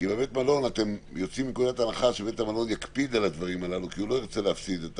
שבית המלון יקפיד על הדברים הללו כי הוא לא ירצה להפסיד.